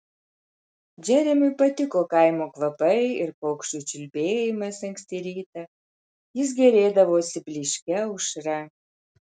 džeremiui patiko kaimo kvapai ir paukščių čiulbėjimas anksti rytą jis gėrėdavosi blyškia aušra